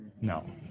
No